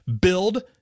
Build